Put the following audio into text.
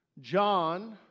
John